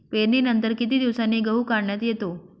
पेरणीनंतर किती दिवसांनी गहू काढण्यात येतो?